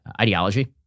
ideology